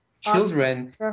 children